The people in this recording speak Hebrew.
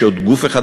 יש עוד גוף אחד,